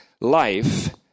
life